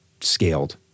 scaled